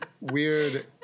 weird